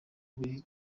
biri